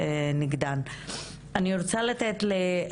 גברת יושרת טויטו,